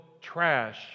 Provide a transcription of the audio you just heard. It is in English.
trash